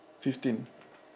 fifteen